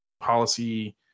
policy